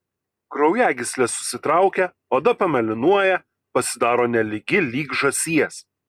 kraujagyslės susitraukia oda pamėlynuoja pasidaro nelygi lyg žąsies